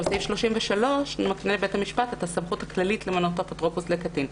וסעיף 33 מקנה לבית המשפט את הסמכות הכללית למנות אפוטרופוס לקטין.